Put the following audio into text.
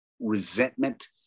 resentment